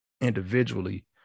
individually